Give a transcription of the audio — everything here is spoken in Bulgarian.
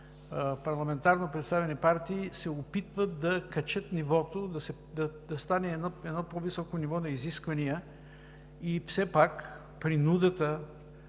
парламентарно представени партии, се опитват да качат нивото – да стане по-високо нивото на изисквания. Все пак, за да